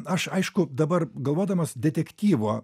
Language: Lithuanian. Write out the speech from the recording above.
aš aišku dabar galvodamas detektyvo